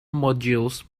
modules